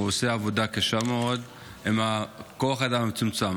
הוא עושה עבודה קשה מאוד עם כוח אדם מצומצם.